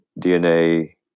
DNA